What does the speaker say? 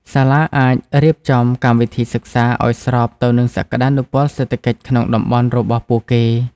សាលាអាចរៀបចំកម្មវិធីសិក្សាឱ្យស្របទៅនឹងសក្តានុពលសេដ្ឋកិច្ចក្នុងតំបន់របស់ពួកគេ។